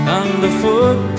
underfoot